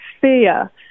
fear